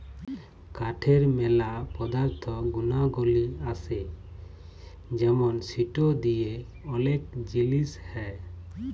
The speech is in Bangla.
কাঠের ম্যালা পদার্থ গুনাগলি আসে যেমন সিটো দিয়ে ওলেক জিলিস হ্যয়